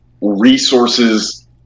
resources